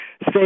say